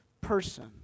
person